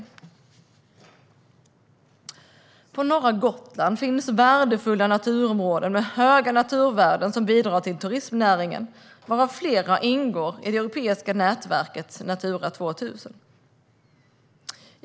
På norra Gotland finns värdefulla naturområden med höga naturvärden som bidrar till turistnäringen, varav flera ingår i det europeiska nätverket Natura 2000.